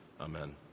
Amen